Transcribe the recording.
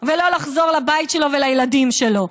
ולא לחזור לבית שלו ולילדים שלו.